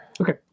Okay